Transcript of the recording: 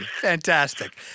Fantastic